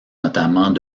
notamment